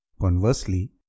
Conversely